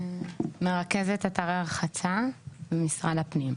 מרכזת אתרי רחצה במשרד הפנים.